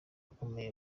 akomeye